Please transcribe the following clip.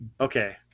okay